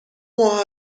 ماه